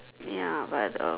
ya but uh